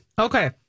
Okay